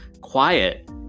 quiet